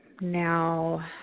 Now